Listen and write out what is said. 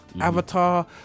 avatar